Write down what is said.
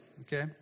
okay